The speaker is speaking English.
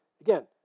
Again